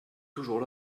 toujours